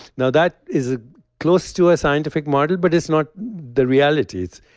now that is ah close to a scientific model, but it's not the realities.